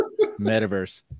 metaverse